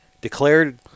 declared